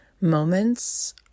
moments